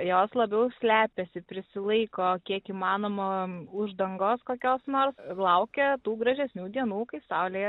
jos labiau slepiasi prisilaiko kiek įmanoma uždangos kokios nors ir laukia tų gražesnių dienų kai saulė